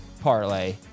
parlay